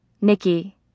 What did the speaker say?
Nikki